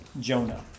Jonah